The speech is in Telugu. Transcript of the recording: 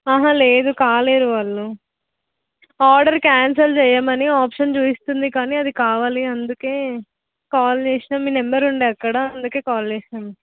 లేదు కాలేదు వాళ్ళు ఆర్డర్ క్యాన్సిల్ చెయ్యమని ఆప్షన్ చూపిస్తుంది కానీ అది కావాలి అందుకే కాల్ చేసాను మీ నెంబర్ ఉంది అక్కడ అందుకే కాల్ చేసాను